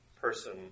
person